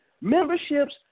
memberships